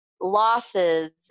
losses